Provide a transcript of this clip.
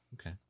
Okay